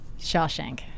Shawshank